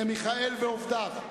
למיכאל ולעובדיו,